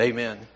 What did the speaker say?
Amen